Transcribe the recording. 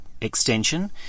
extension